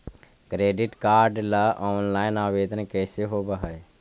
Credit card ल online आवेदन कैसे होब है?